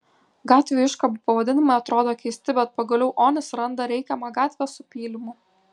gatvių iškabų pavadinimai atrodo keisti bet pagaliau onis randa reikiamą gatvę su pylimu